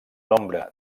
nombre